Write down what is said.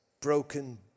broken